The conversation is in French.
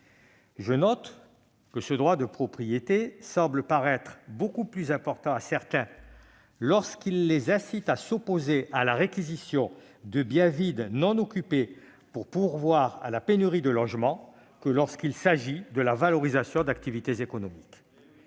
Je note que ce droit de propriété semble paraître beaucoup plus important à certains, lorsqu'il les incite à s'opposer à la réquisition de biens vides non occupés pour pourvoir à la pénurie de logements que lorsqu'il s'agit de la valorisation d'activités économiques.